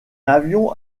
avion